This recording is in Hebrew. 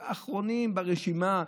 הם האחרונים ברשימה,